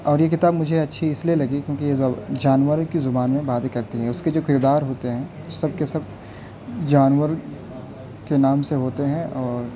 اور یہ کتاب مجھے اچھی اس لیے لگی کیونکہ یہ جانوروں کی زبان میں باتیں کرتی ہے اس کے کردار ہوتے ہیں سب کے سب جانور کے نام سے ہوتے ہیں اور